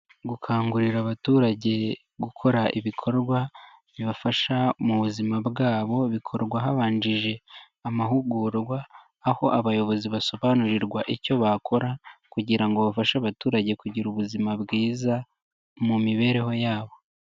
Gukangurira abaturage gukora ibikorwa bibafasha mu buzima bwabo bikorwa habanjije amahugurwa, aho abayobozi basobanurirwa icyo bakora kugira ngo bafashe abaturage kugira ubuzima bwiza mu mibereho yabo.